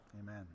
Amen